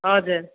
हजुर